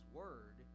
word